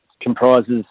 comprises